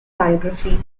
biography